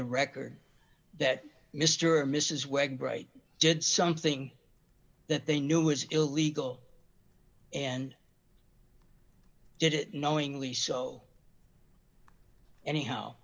the record that mr or mrs webb right did something that they knew was illegal and did it knowingly so anyhow